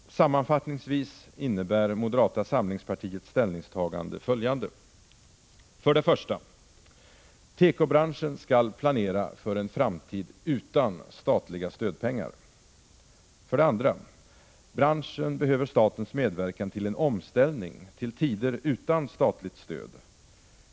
Sammanfattningsvis innebär moderata samlingspartiets ställningstagande följande: 1. Tekobranschen skall planera för en framtid utan statliga stödpengar. 2. Branschen behöver statens medverkan till en omställning till tider utan statligt stöd.